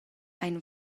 ein